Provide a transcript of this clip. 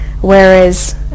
whereas